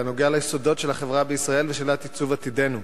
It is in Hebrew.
אלא נוגע ליסודות של החברה בישראל ולשאלת עיצוב עתידנו.